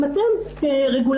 אם אתם כרגולטור,